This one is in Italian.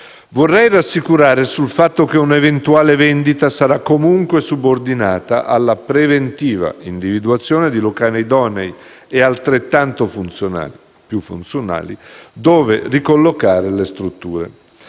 Vorrei rassicurare sul fatto che un'eventuale vendita sarà comunque subordinata alla preventiva individuazione di locali idonei, altrettanto o più funzionali, dove ricollocare le strutture.